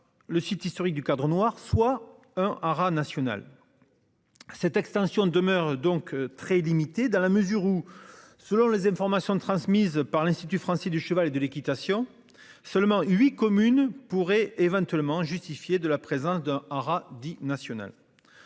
le site historique du Cadre Noir soit un haras national. Cette extension demeure donc très limité dans la mesure où, selon les informations transmises par l'institut français du cheval et de l'équitation. Seulement 8 communes pourraient éventuellement justifier de la présence d'un art dit nationale.